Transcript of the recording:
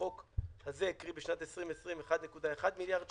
ובחוק הזה, קרי, בשנת 2020 1.1 מיליארד שקלים.